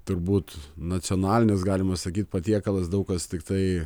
turbūt nacionalinis galima sakyt patiekalas daug kas tiktai